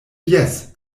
jes